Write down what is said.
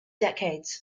decades